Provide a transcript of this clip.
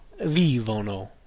vivono